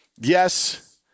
yes